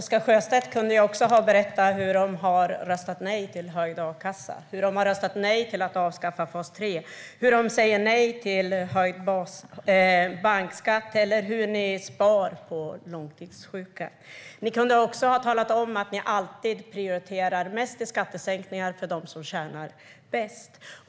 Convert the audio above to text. Herr talman! Du kunde också ha berättat, Oscar Sjöstedt, hur Sverigedemokraterna har röstat nej till höjd a-kassa, hur ni har röstat nej till att avskaffa fas 3, hur ni säger nej till höjd bankskatt och hur ni sparar på långtidssjuka. Oscar Sjöstedt kunde också ha talat om att Sverigedemokraterna alltid prioriterar mest i skattesänkningar till dem som tjänar bäst.